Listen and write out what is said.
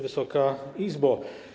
Wysoka Izbo!